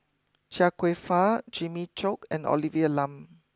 Chia Kwek Fah Jimmy Chok and Olivia Lum